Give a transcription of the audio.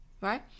right